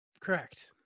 Correct